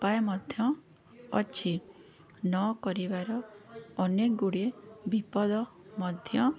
ଉପାୟ ମଧ୍ୟ ଅଛି ନ କରିବାର ଅନେକଗୁଡ଼ିଏ ବିପଦ ମଧ୍ୟ